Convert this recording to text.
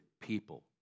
people